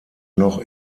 noch